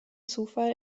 zufall